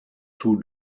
two